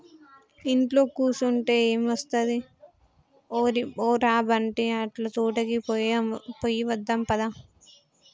ఇంట్లో కుసంటే ఎం ఒస్తది ర బంటీ, అట్లా తోటకి పోయి వద్దాం పద